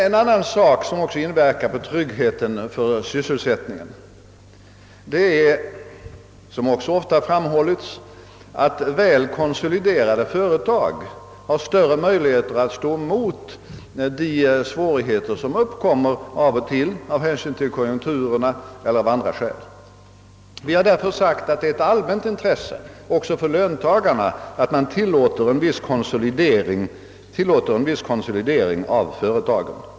En annan sak som också inverkar på tryggheten i sysselsättningen, är såsom också framhållits, att väl konsoliderade företag har större möjlighet att stå emot de svårigheter som uppkommer av och till av hänsyn till konjunkturerna eller av andra skäl. Vi har därför sagt att det är ett allmänt intresse också för löntagarna att man tillåter en viss konsolidering av företagen.